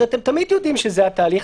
אז אתם יודעים שזה התהליך,